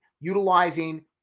utilizing